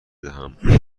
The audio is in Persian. دهم